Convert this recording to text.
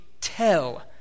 tell